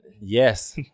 yes